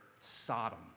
Sodom